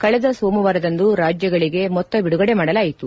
ಕಳೆದ ಸೋಮವಾರದಂದು ರಾಜ್ಯಗಳಿಗೆ ಮೊತ್ತ ಬಿಡುಗಡೆ ಮಾಡಲಾಯಿತು